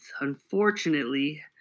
Unfortunately